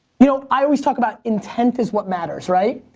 you know i always talk about intent is what matters, right?